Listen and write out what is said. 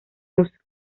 uso